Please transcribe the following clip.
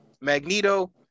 Magneto